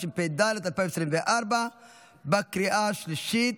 התשפ"ד 2024. אנא תפסו מקומותיכם.